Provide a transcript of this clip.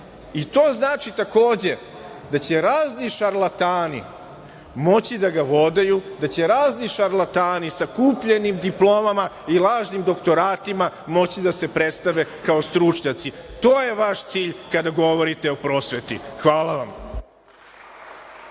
i to znači, takođe, da će razni šarlatani moći da ga vodaju, da će razni šarlatani sa kupljenim diplomama i lažnim doktoratima moći da se predstave kao stručnjaci. To je vaš cilj kada govorite o prosveti. Hvala vam.